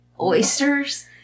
Oysters